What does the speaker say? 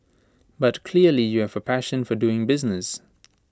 but clearly you have A passion for doing business